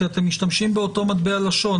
אתם משתמשים באותו מטבע לשון,